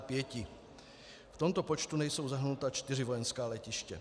V tomto počtu nejsou zahrnuta čtyři vojenská letiště.